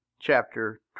Chapter